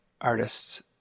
artists